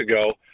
ago